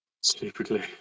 stupidly